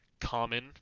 common